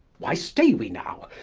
why stay we now?